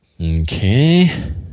Okay